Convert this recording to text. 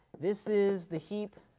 this is the heap,